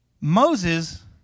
Moses